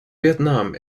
vietnam